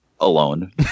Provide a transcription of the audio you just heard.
alone